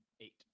eight